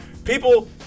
People